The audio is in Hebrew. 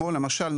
למשל,